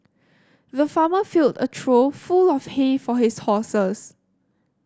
the farmer filled a trough full of hay for his horses